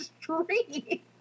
street